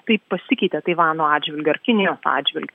taip pasikeitė taivano atžvilgiu ar kinijos atžvilgiu